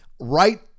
right